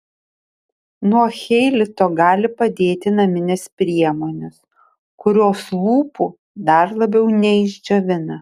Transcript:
nuo cheilito gali padėti naminės priemonės kurios lūpų dar labiau neišdžiovina